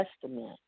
Testament